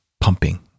pumping